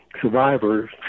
survivor's